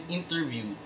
interview